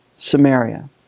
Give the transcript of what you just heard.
Samaria